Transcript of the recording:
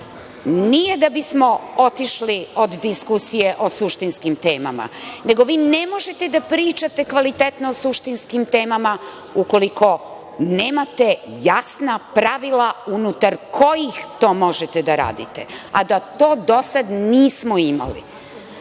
nije da bi smo otišli od diskusije o suštinskim temama, nego vi ne možete da pričate kvalitetno o suštinskim temama u koliko nemate jasna pravila unutar kojih to možete da radite, a da to do sada nismo imali. Ako